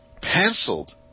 penciled